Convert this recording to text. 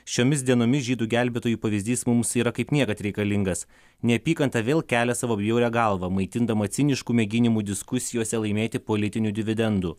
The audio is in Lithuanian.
šiomis dienomis žydų gelbėtojų pavyzdys mums yra kaip niekad reikalingas neapykanta vėl kelia savo bjaurią galvą maitindama ciniškų mėginimų diskusijose laimėti politinių dividendų